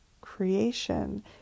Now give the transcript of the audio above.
creation